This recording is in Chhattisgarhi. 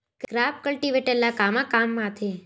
क्रॉप कल्टीवेटर ला कमा काम आथे?